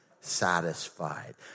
satisfied